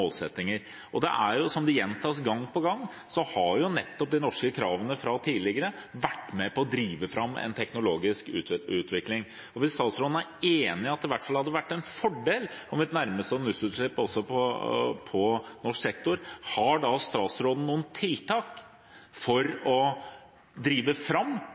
Det gjentas gang på gang at de norske kravene fra tidligere har vært med på å drive fram en teknologisk utvikling. Hvis statsråden er enig i at det i hvert fall hadde vært en fordel om vi nærmet oss nullutslipp også på norsk sokkel – har da statsråden noen tiltak for å drive fram